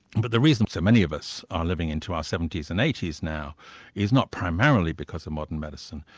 but the reason so many of us are living into our seventy s and eighty s now is not primarily because of modern medicine,